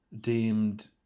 deemed